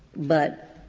but